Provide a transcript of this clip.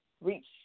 reach